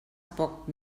poc